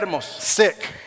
Sick